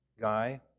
guy